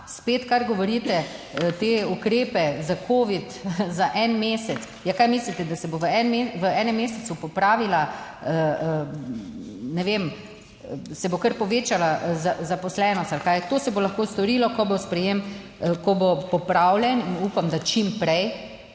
spet, kar govorite, te ukrepe za Covid za en mesec. Ja, kaj mislite, da se bo v enem mesecu popravila, ne vem, se bo kar povečala zaposlenost ali kaj? To se bo lahko storilo, ko bo sprejem, ko bo popravljen in upam, da čim prej,